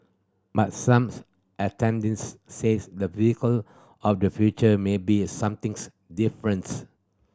but some attendees says the vehicle of the future may be something different